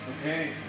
okay